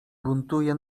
buntuje